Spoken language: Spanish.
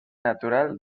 natural